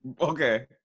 Okay